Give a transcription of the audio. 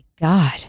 God